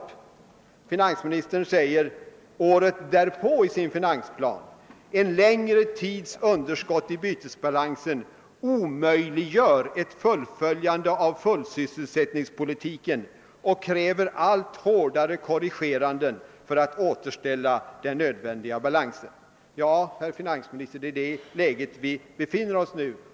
År 1967 uttalade finansministern i den preliminära finansplanen: »En längre tids underskott i bytesbalansen omöjliggör ett fullföljande av fullsysselsättningspolitiken och kräver allt hårdare korrigeranden för att återställa den nödvändiga balansen.« Ja, herr finansminister, det är i det läget vi befinner oss nu.